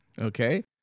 okay